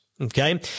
okay